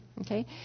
okay